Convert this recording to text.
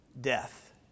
death